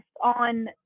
on